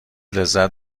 لذت